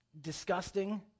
disgusting